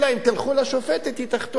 אלא אם כן תלכו לשופטת והיא תחתום.